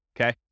Okay